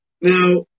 Now